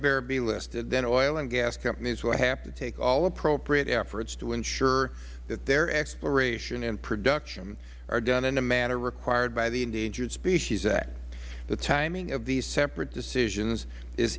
bear be listed then oil and gas companies will have to take all appropriate efforts to ensure that their exploration and production are done in a manner required by the endangered species act the timing of these separate decisions is